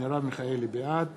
בעד